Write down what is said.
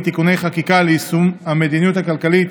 (תיקוני חקיקה ליישום המדיניות הכלכלית